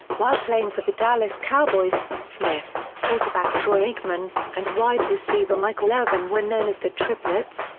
while playing for the dallas cowboys, smith, quarterback troy aikman, and wide receiver michael irvin were known as the triplets,